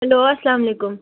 hello اَلسلامُ علیکُم